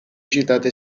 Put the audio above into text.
citata